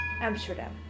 Amsterdam